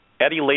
Eddie